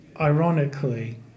Ironically